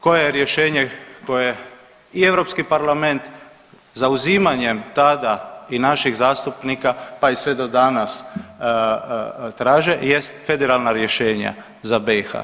Koje je rješenje koje i Europski parlament zauzimanjem tada i naših zastupnika pa i sve do danas traže jest federalna rješenja za BiH.